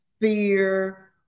fear